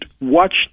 watch